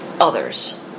others